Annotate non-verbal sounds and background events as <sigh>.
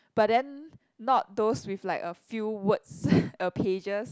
but then not those with like a few words <breath> a pages